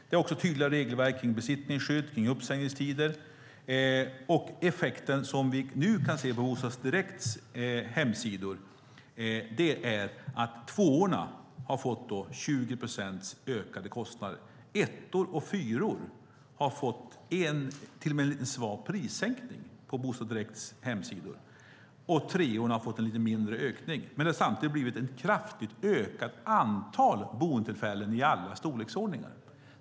Det är också tydliga regelverk kring besittningsskydd och uppsägningstider. Effekten som vi nu kan se på Bostad Direkts hemsida är att tvåorna har fått 20 procents ökade kostnader. Treorna har fått en lite mindre ökning. Ettorna och fyrorna har till och med fått en svag prissänkning. Men samtidigt har det blivit ett kraftigt ökat antal boendetillfällen i alla storleksordningar.